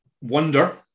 wonder